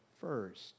first